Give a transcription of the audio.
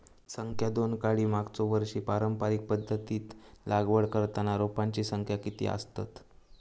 संख्या दोन काडी मागचो वर्षी पारंपरिक पध्दतीत लागवड करताना रोपांची संख्या किती आसतत?